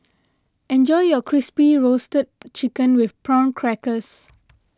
enjoy your Crispy Roasted Chicken with Prawn Crackers